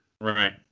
Right